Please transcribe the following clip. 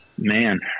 Man